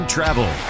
Travel